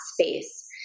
space